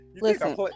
Listen